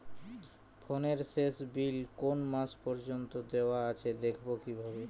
ফোনের শেষ বিল কোন মাস পর্যন্ত দেওয়া আছে দেখবো কিভাবে?